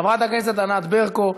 חברת הכנסת ענת ברקו,